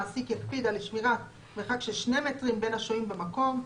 המעסיק יקפיד על שמירת מרחק של שני מטרים בין השוהים במקום,